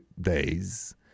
days